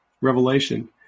revelation